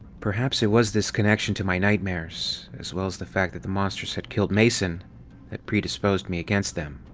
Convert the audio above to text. perhaps it was this connection to my nightmates as well as the fact that the monsters had killed mason that predisposed me against them.